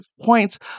points